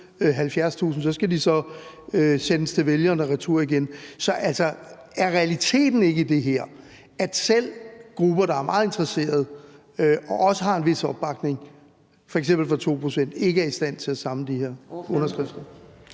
70.000. Så skal de så sendes til vælgerne og retur igen. Så er realiteten ikke i det her, at selv grupper, der er meget interesserede og også har en vis opbakning, f.eks. på 2 pct., ikke er i stand til at samle de her underskrifter?